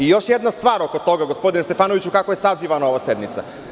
Još jedna stvar oko toga, gospodine Stefanoviću kako je sazivana ova sednica.